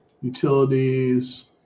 utilities